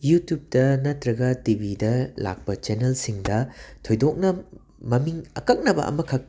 ꯌꯨꯇꯨꯞꯇ ꯅꯠꯇ꯭ꯔꯒ ꯇꯤ ꯕꯤꯗ ꯂꯥꯛꯄ ꯆꯦꯅꯦꯜꯁꯤꯡꯗ ꯊꯣꯏꯗꯣꯛꯅ ꯃꯃꯤꯡ ꯑꯀꯛꯅꯕ ꯑꯃꯈꯛ